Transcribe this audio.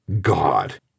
God